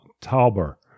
Tauber